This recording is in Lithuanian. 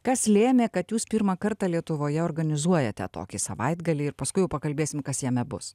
kas lėmė kad jūs pirmą kartą lietuvoje organizuojate tokį savaitgalį ir paskui jau pakalbėsim kas jame bus